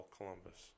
Columbus